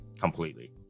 completely